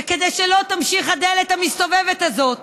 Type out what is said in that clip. וכדי שלא תמשיך הדלת המסתובבת הזאת,